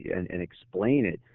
and and explain it,